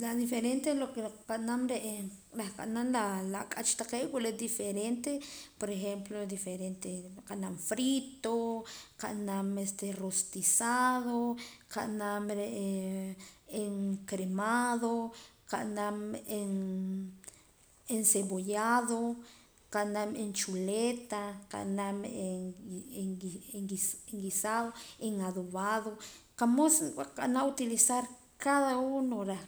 La diferente de que qa naam re' reh qanaam la ak'ach taqee' diferente por ejemplo diferente qanaam frito qanaam rostizado qanaam encremado qanaam encebollado qanaam en chuleta qanaam en guisado en adobado qa mood qanaam utilizar cada uno reh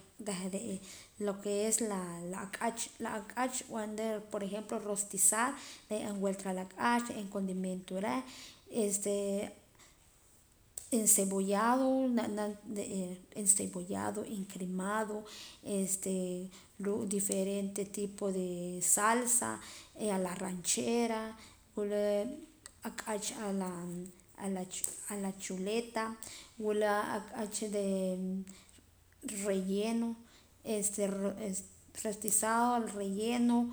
re' lo que es la ak'ach ak'ach nb'anra por ejemplo rostizar na ye'eem vuelta reh la ak'ach condimento reh este encebollado na naam encebollado na naam encremado este ruu' diferente tipo de salsa a la ranchera wula ak'ach a la chuleta wula ak'ach a la relleno este rostizado relleno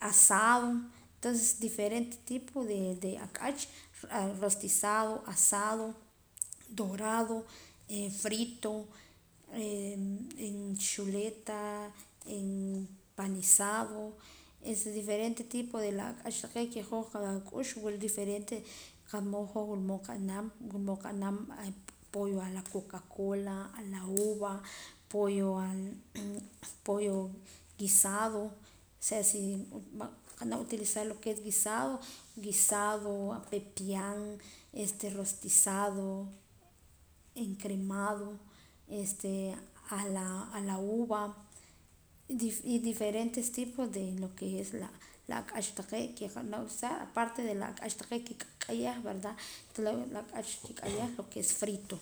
asado entonces diferente tipo de ak'ach rostizado asado dorado frito en chuleta empanizado diferente tipo de la ak'ach taqee' que qak'ux wula diferente qa mood nqab'an wula pollo a la coca cola a la uva pollo al pollo guisado wula si qab'an utilizar guisado pepian este rostizado encremado a la uva y diferente tipos de lo que es la ak'ach taqee' aparte que la nkik'ayah verda la ak'ach nkik'ayah lo que es frito.